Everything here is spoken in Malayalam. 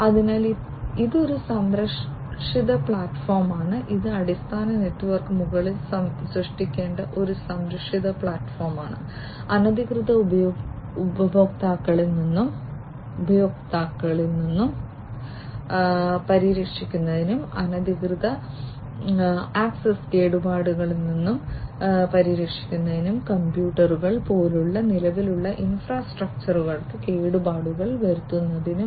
അതിനാൽ ഇതൊരു സംരക്ഷിത പ്ലാറ്റ്ഫോമാണ് ഇത് അടിസ്ഥാന നെറ്റ്വർക്കിന് മുകളിൽ സൃഷ്ടിക്കേണ്ട ഒരു സംരക്ഷിത പ്ലാറ്റ്ഫോമാണ് അനധികൃത ഉപയോക്താക്കളിൽ നിന്ന് പരിരക്ഷിക്കുന്നതിനും അനധികൃത ആക്സസ് കേടുപാടുകളിൽ നിന്ന് പരിരക്ഷിക്കുന്നതിനും കമ്പ്യൂട്ടറുകൾ പോലുള്ള നിലവിലുള്ള ഇൻഫ്രാസ്ട്രക്ചറുകൾക്ക് കേടുപാടുകൾ വരുത്തുന്നതിനും